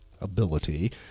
ability